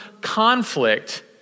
conflict